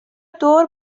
دور